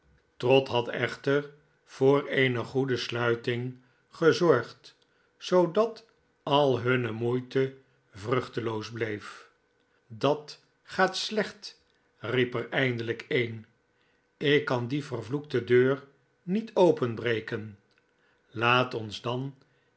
trott had echter voor eene goede slutting gezorgd zoodat al hunne moeite vruchteloos bleef dat gaat slecht riep er eindelijk een ik kan die vervloekte deur niet openbreken laat ons dan